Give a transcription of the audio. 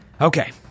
Okay